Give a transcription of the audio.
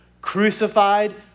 crucified